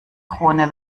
krone